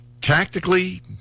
tactically